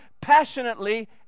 passionately